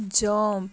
jump